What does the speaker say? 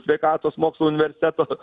sveikatos mokslų universiteto